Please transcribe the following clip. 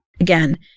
again